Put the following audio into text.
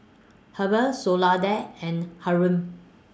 Heber Soledad and Hyrum